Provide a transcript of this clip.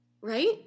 Right